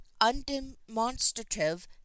undemonstrative